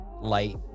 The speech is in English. light